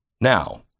Now